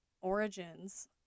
Origins